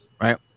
right